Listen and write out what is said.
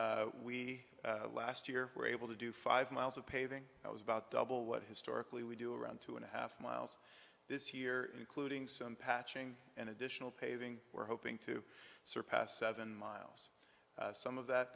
we last year were able to do five miles of paving that was about double what historically we do around two and a half miles this year including some patching and additional paving we're hoping to surpass seven miles some of that